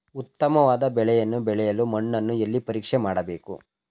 ಉತ್ತಮವಾದ ಬೆಳೆಯನ್ನು ಬೆಳೆಯಲು ಮಣ್ಣನ್ನು ಎಲ್ಲಿ ಪರೀಕ್ಷೆ ಮಾಡಬೇಕು?